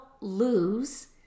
lose